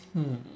mm